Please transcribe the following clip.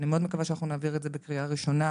אני מאוד מקווה שאנחנו נעביר את זה בקריאה ראשונה,